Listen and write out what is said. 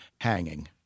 hanging